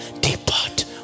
depart